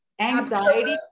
anxiety